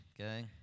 okay